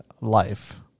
life